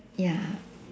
ya